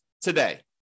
today